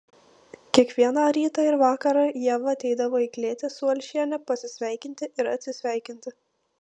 kiekvieną rytą ir vakarą ieva ateidavo į klėtį su alšiene pasisveikinti ir atsisveikinti